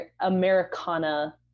Americana